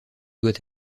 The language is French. doit